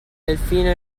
delfino